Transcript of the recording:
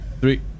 three